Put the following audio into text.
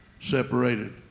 separated